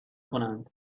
کنند